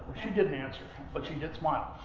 she didn't answer, but she did smile.